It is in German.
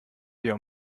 wir